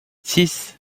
six